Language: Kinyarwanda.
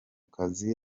kazi